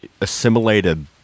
assimilated